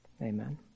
Amen